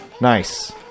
Nice